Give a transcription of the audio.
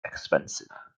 expensive